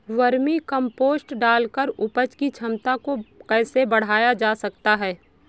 Vermi compost डालकर उपज की क्षमता को कैसे बढ़ाया जा सकता है?